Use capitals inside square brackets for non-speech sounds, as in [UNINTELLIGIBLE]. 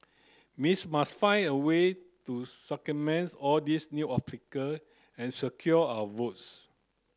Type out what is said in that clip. Miss must find a way to [UNINTELLIGIBLE] all these new obstacle and secure our votes